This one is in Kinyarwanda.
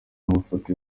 amafoto